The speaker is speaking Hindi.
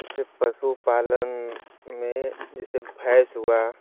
जैसे पशुपालन में जैसे भैंस हुआ